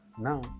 Now